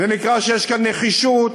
זה נקרא שיש כאן נחישות